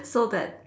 so that